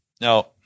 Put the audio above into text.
Now